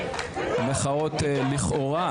מחאות לכאורה,